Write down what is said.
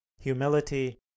humility